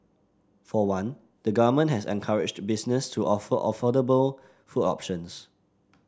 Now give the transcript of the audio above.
for one the Government has encouraged businesses to offer affordable food options